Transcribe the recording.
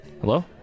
Hello